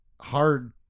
hard